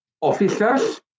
officers